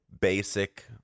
basic